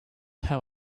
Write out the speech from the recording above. have